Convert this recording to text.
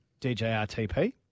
DJRTP